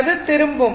அது திரும்பும்